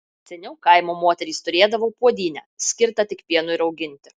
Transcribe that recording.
seniau kaimo moterys turėdavo puodynę skirtą tik pienui rauginti